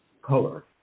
color